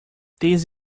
this